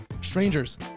strangers